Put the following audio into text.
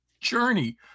journey